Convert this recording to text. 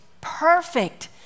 perfect